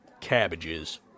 Cabbages